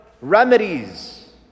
remedies